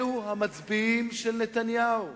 אלו המצביעים של נתניהו.